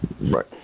right